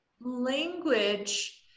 language